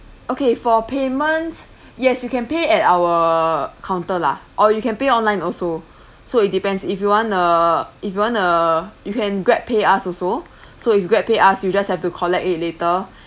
okay for payments yes you can pay at our counter lah or you can pay online also so it depends if you want uh if you want uh you can GrabPay us also so if you GrabPay us you just have to collect it later